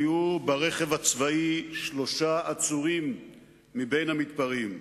היו ברכב הצבאי שלושה עצורים מבין המתפרעים.